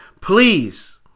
please